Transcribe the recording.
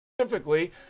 Specifically